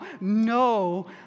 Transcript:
no